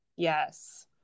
Yes